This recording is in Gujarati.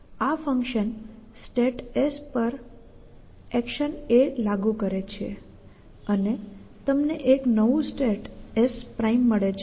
આ ફંકશન સ્ટેટ S પર એક્શન a લાગુ કરે છે અને તમને એક નવું સ્ટેટ S મળે છે